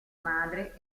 madre